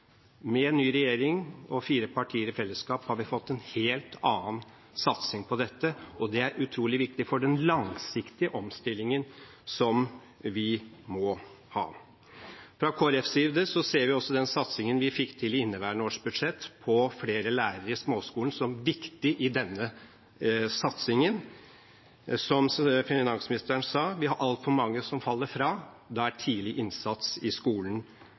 Med en ny regjering og fire partier i fellesskap har vi fått en helt annen satsing på dette. Det er utrolig viktig for den langsiktige omstillingen som vi må ha. Fra Kristelig Folkepartis side ser vi også den satsingen vi fikk til i inneværende års budsjett på flere lærere i småskolen, som viktig. Som finansministeren sa: Det er altfor mange som faller fra. Da er tidlig innsats i skolen